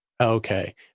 Okay